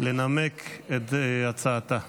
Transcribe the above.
לנמק את הצעתה.